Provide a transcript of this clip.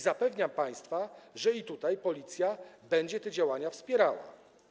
Zapewniam państwa, że i tutaj Policja będzie te działania wspierała.